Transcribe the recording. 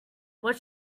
what